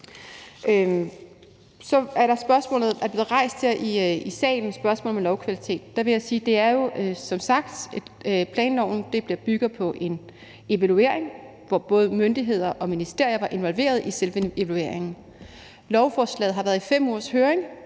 Så er der spørgsmålet om lovkvalitet, som er blevet rejst her i salen. Der vil jeg sige, at det som sagt i forhold til planloven er noget, der bygger på en evaluering, hvor både myndigheder og ministerier var involveret i selve evalueringen. Lovforslaget har været i høring